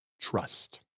trust